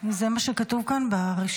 זה מה שכתוב כאן ברשימה.